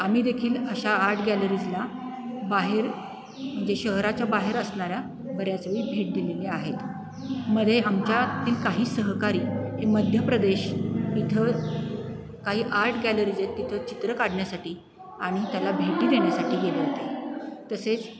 आम्ही देखील अशा आर्ट गॅलरीजला बाहेर म्हणजे शहराच्या बाहेर असणाऱ्या बऱ्याचवेळी भेट दिलेले आहेत मध्ये आमच्यातील काही सहकारी हे मध्य प्रदेश इथं काही आर्ट गॅलरीज आहेत तिथं चित्र काढण्यासाठी आणि त्याला भेटी देण्यासाठी गेले होते तसेच